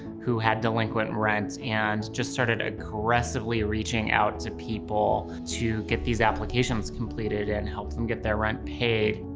who had delinquent rent, and just started aggressively reaching out to people to get these applications completed and help them get their rent paid.